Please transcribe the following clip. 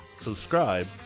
subscribe